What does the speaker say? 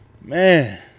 man